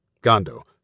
Gondo